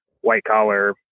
white-collar